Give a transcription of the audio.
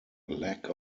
lack